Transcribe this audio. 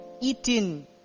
eating